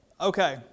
Okay